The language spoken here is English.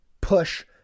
push